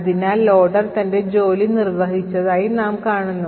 അതിനാൽ ലോഡർ തന്റെ ജോലി നിർവഹിച്ചതായി നാം കാണുന്നു